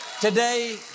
Today